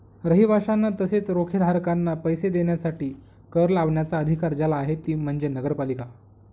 रहिवाशांना तसेच रोखेधारकांना पैसे देण्यासाठी कर लावण्याचा अधिकार ज्याला आहे ती म्हणजे नगरपालिका